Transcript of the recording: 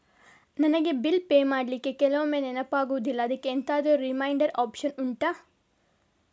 ನನಗೆ bill pay ಮಾಡ್ಲಿಕ್ಕೆ ಕೆಲವೊಮ್ಮೆ ನೆನಪಾಗುದಿಲ್ಲ ಅದ್ಕೆ ಎಂತಾದ್ರೂ ರಿಮೈಂಡ್ ಒಪ್ಶನ್ ಉಂಟಾ